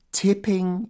tipping